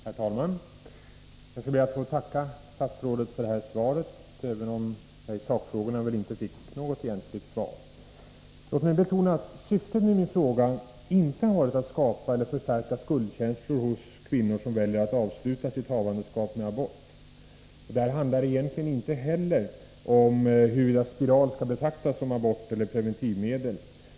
Herr talman! Jag skall be att få tacka statsrådet för det här svaret, även om jag i sakfrågorna inte fick något egentligt svar. Låt mig betona att syftet med min fråga inte har varit att skapa eller förstärka skuldkänslor hos kvinnor som väljer att avsluta sitt havandeskap med abort. Det handlar egentligen inte heller om huruvida spiral skall betraktas som abortframkallande medel eller som preventivmedel.